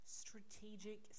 strategic